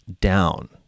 down